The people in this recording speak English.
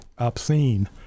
obscene